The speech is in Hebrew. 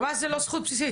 זאת לא זכות בסיסית.